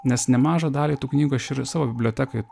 nes nemažą dalį tų knygų aš ir savo bibliotekoj